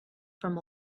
from